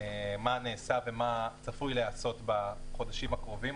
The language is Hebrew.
מה נעשה ומה צפוי להיעשות בחודשים הקרובים.